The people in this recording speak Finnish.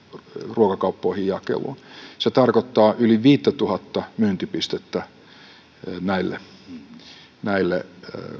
ruokakauppoihin jakeluun se tarkoittaa yli viittätuhatta myyntipistettä näille näille